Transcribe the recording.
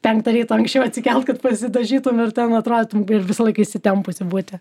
penktą ryto anksčiau atsikelt kad pasidažytum ir ten atrodytum visą laiką įsitempusi būti